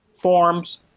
forms